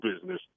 business